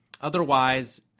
Otherwise